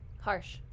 harsh